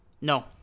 No